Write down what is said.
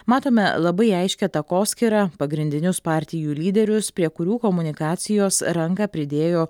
matome labai aiškią takoskyrą pagrindinius partijų lyderius prie kurių komunikacijos ranką pridėjo